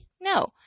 No